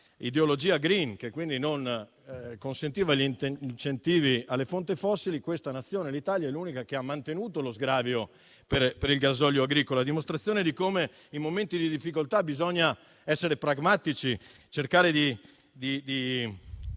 ideologia *green* che non consentiva incentivi alle fonti fossili. Questa Nazione, l'Italia, è l'unica che ha mantenuto lo sgravio per il gasolio agricolo, a dimostrazione di come in momenti di difficoltà bisogna essere pragmatici, cercare di